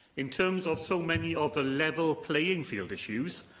in terms of so many of the level playing field issues,